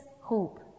hope